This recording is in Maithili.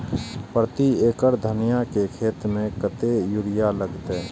प्रति एकड़ धनिया के खेत में कतेक यूरिया लगते?